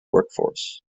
workforce